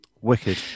Wicked